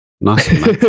Nice